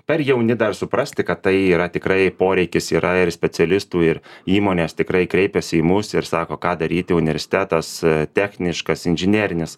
per jauni dar suprasti kad tai yra tikrai poreikis yra ir specialistų ir įmonės tikrai kreipiasi į mus ir sako ką daryti universitetas techniškas inžinerinis